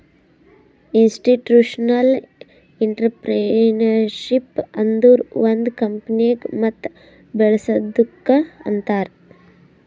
institutional entrepreneurship ಅಂದುರ್ ಒಂದ್ ಕಂಪನಿಗ ಮತ್ ಬೇಳಸದ್ದುಕ್ ಅಂತಾರ್